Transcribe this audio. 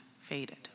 faded